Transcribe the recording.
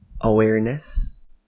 awareness